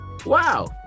Wow